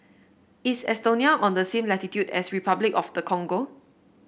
is Estonia on the same latitude as Repuclic of the Congo